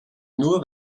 nur